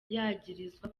yagirizwa